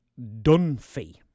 Dunphy